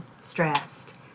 stressed